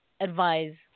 advise